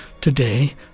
Today